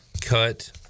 cut